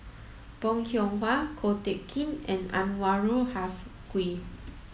Bong Hiong Hwa Ko Teck Kin and Anwarul Haque